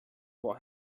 what